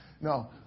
No